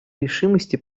решимости